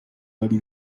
کاری